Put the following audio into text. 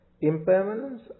impermanence